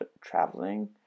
traveling